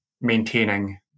maintaining